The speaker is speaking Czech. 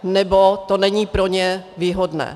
Nebo to není pro ně výhodné.